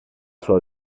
sua